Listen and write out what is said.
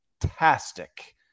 fantastic